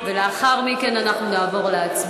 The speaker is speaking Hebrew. אנחנו קודם כול נעבור לדיון ולאחר מכן אנחנו נעבור להצבעה.